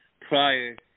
prior